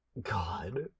God